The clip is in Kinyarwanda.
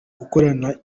gukorana